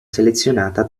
selezionata